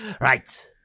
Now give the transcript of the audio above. Right